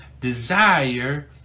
desire